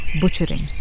butchering